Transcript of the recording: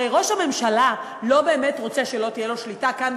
הרי ראש הממשלה לא באמת רוצה שלא תהיה לו שליטה כאן,